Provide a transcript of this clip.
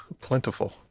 Plentiful